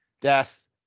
death